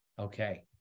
Okay